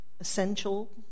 essential